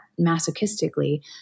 masochistically